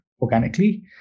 organically